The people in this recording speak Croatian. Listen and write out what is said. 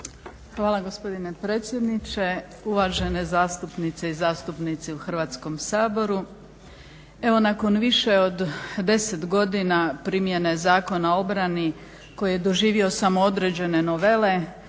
Hvala gospodine predsjedniče, uvažene zastupnice i zastupnici u Hrvatskom saboru. Evo nakon više od 10 godina primjene Zakona o obrani koji je doživio samoodređene novele